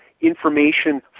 information